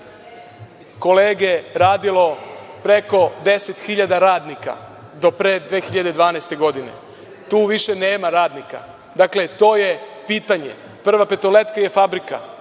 kolege radilo preko 10 hiljada radnika do 2012. godine. Tu više nema radnika. Dakle, to je pitanje.„Prva petoletka“ je fabrika